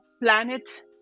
planet